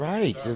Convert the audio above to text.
Right